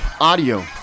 audio